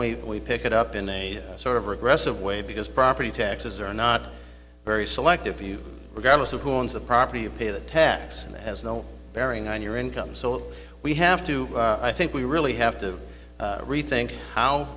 that we pick it up in a sort of regressive way because property taxes are not very selective you regardless of who owns the property of pay that tax and that has no bearing on your income so we have to i think we really have to rethink how